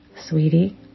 sweetie